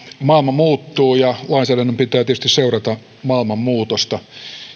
maailma muuttuu ja lainsäädännön pitää tietysti seurata maailman muutosta